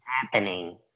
happening